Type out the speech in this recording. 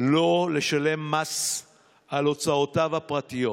לא לשלם מס על הוצאותיו הפרטיות.